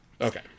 okay